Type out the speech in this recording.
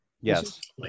Yes